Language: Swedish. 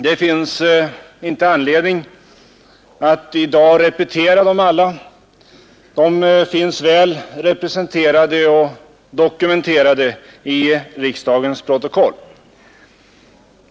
Det finns inte anledning att i dag repetera dem alla. De finns väl representerade och dokumenterade i riksdagens protokoll.